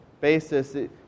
basis